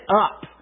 up